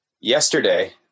Yesterday